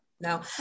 No